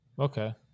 Okay